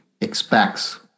expects